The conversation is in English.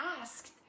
asked